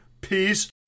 peace